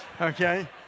Okay